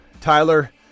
Tyler